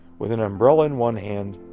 with an umbrella in one hand,